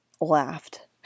laughed